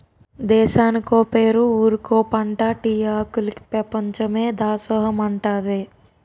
దేశానికో పేరు ఊరికో పంటా టీ ఆకులికి పెపంచమే దాసోహమంటాదే